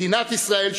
מדינת ישראל,